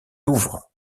douvres